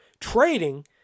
trading